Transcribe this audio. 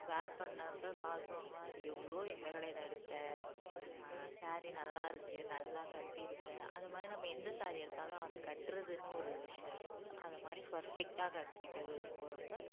wear பண்ணிணப்ப பார்க்குறவங்கலாம் அது எவ்வளோ எந்த கடையில் எடுத்த சாரீ நல்லா இருக்குது நல்லா கட்டிருக்க அது மாதிரி நம்ம எந்த சாரீ எடுத்தாலும் அதை கட்டுறதுன்னு ஒரு விஷயம் இருக்குது அது மாதிரி ஃபர்ஃபெக்டாக கட்டிட்டு போகிறப்ப